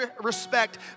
respect